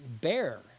bear